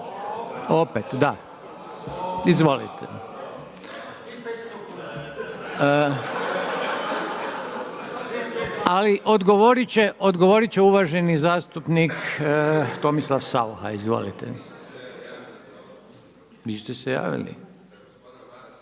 Opet, da. Izvolite. Ali odgovoriti će uvaženi zastupnik Tomislav Saucha. …/Upadica se ne čuje./…